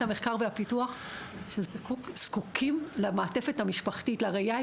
המחקר והפיתוח שזקוקים למעטפת המשפחתית לראייה,